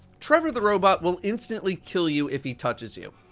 trevor the robot will instantly kill you if he touches you.